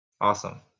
Awesome